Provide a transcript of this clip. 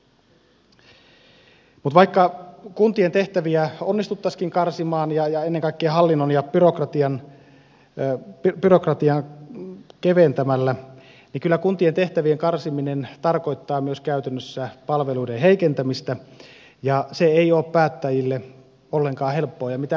mutta vaikka kuntien tehtäviä onnistuttaisiinkin karsimaan ennen kaikkea hallintoa ja byrokratiaa keventämällä niin kyllä kuntien tehtävien karsiminen tarkoittaa käytännössä myös palveluiden heikentämistä ja se ei ole päättäjille ollenkaan helppoa